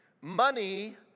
money